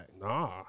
Nah